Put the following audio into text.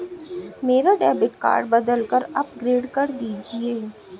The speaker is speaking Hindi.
मेरा डेबिट कार्ड बदलकर अपग्रेड कर दीजिए